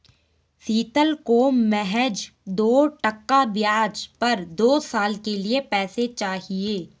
शीतल को महज दो टका ब्याज पर दो साल के लिए पैसे चाहिए